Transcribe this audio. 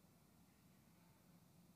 גם אתה רוצה להירשם?